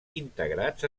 integrats